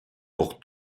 pour